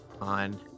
on